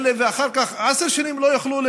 ואחר כך עשר שנים לא יוכלו.